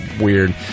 weird